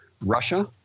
Russia